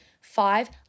Five